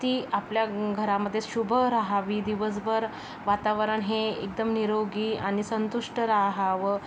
ती आपल्या घरामध्ये शुभ रहावी दिवसभर वातावरण हे एकदम निरोगी आणि संतुष्ट रहावं